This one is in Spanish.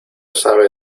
sabe